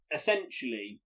essentially